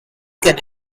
can